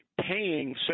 paying